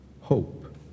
hope